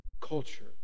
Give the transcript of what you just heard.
culture